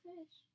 Fish